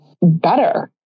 better